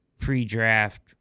pre-draft